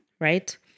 Right